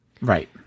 Right